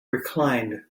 reclined